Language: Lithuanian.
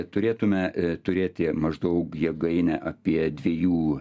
turėtume turėti maždaug jėgainę apie dviejų